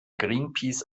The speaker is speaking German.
greenpeace